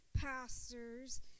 pastors